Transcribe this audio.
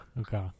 Okay